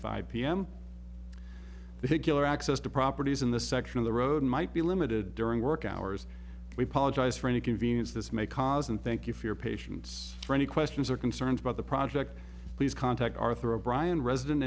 five pm the killer access to properties in the section of the road might be limited during work hours we polish eyes for any convenience this may cause and thank you for your patience for any questions or concerns about the project please contact arthur o'brien resident